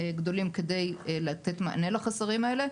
גדולים כדי לתת מענה לחסרים האלה,